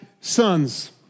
sons